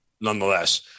Nonetheless